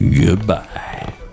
Goodbye